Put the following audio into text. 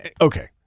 Okay